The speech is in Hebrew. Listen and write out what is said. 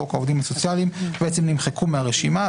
חוק העובדים הסוציאליים נמחקו מהרשימה.